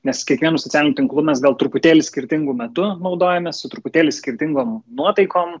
nes kiekvienu socialiniu tinklu mes gal truputėlį skirtingu metu naudojamės su truputėlį skirtingom nuotaikom